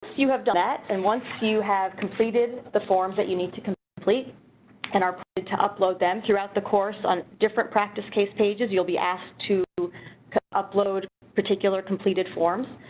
you have debt and once you have completed the forms that you need to complete and are to to upload them throughout the course on, different practice case pages you'll be asked to upload particular completed forms,